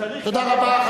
אז צריך, תודה רבה.